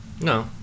No